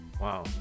wow